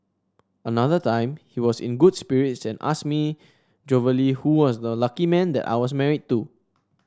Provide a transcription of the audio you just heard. another time he was in good spirits and asked me jovially who was the lucky man that I was married to